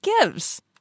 gives